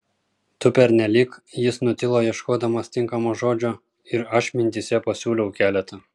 tu pernelyg jis nutilo ieškodamas tinkamo žodžio ir aš mintyse pasiūliau keletą